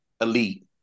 elite